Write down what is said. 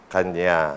Kanya